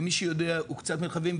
ומי שיודע הוא קצת מרחבים,